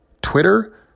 Twitter